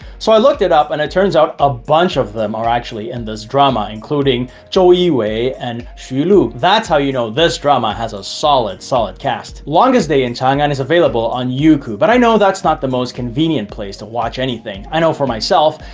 so i looked it up and it turns out a bunch of them are actually in and this drama including including zhou yiwei and xu lu. that's how you know this drama has a solid solid cast. longest day in chang'an is available on youku but i know that's not the most convenient place to watch anything. i know for myself,